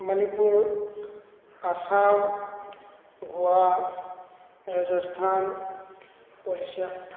Manipur Assam Goa Rajasthan Orissa